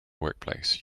workplace